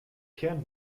kern